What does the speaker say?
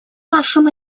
нашим